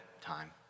time